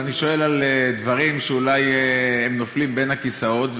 אז אני שואל על דברים שאולי הם נופלים בין הכיסאות,